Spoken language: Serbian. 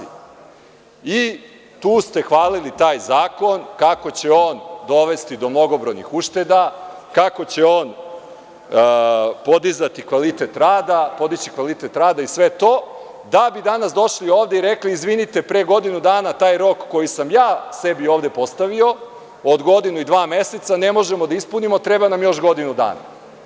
I tu ste hvalili taj zakon kako će on dovesti do mnogobrojnih ušteda, kako će on podizati kvalitet rada, podići kvalitet rada i sve to, da bi danas došli ovde i rekli – izvinite, pre godinu dana taj rok koji sam ja sebi ovde postavio od godinu i dva meseca ne možemo da ispunimo, treba nam još godinu dana.